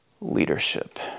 leadership